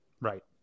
Right